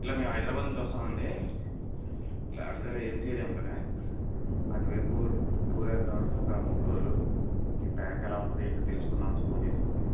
ఇలా మేము హైదరాబాద్ నుంచి వస్తున్నామండి ఇలా ఆర్డర్లో మంచిర్యాల ఉంది కదా అటువైపు టూర్ వేద్దాం అని ఒక మూడు రోజులు ఈ ప్యాక్ ఎలా ఉంటుంది ఏంటో తెలుసుకుందాం అని ఫోన్ చేసాం అండి